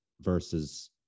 versus